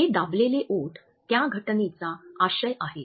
हे दाबलेले ओठ त्या घटनेचा आशय आहेत